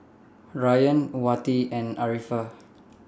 Ryan Wati and Arifa